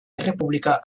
errepublika